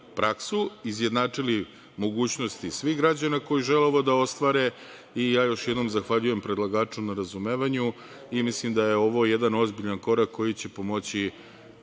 praksu, izjednačili mogućnosti svih građana koji žele ovo da ostvare. Ja još jednom zahvaljujem predlagaču na razumevanju. Mislim da je ovo jedan ozbiljan korak koji će pomoći